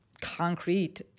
concrete